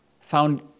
found